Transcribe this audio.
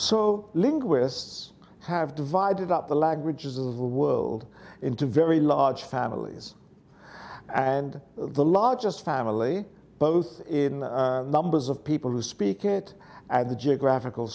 so linguists have divided up the languages of the world into very large families and the largest family both in numbers of people who speak it and the geographical